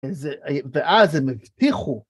איזה, ואז הם הבטיחו.